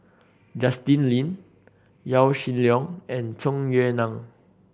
Justin Lean Yaw Shin Leong and Tung Yue Nang